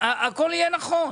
הכל יהיה נכון,